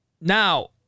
Now